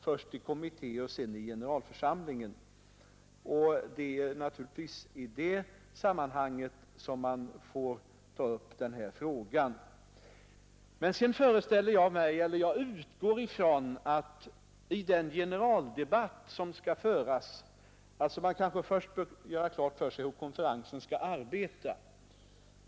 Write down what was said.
Det är naturligtvis i det sammanhanget som man får ta upp denna fråga. Jag kanske skall göra klart hur konferensen skall arbeta.